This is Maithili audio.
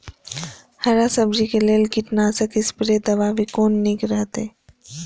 हरा सब्जी के लेल कीट नाशक स्प्रै दवा भी कोन नीक रहैत?